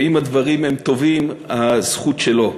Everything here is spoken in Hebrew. ואם הדברים הם טובים הזכות שלו.